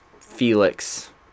Felix